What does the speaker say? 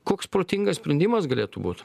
koks protingas sprendimas galėtų būt